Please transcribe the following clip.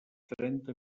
trenta